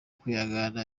kwihangana